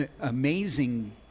amazing